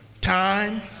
Time